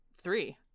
three